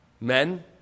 Men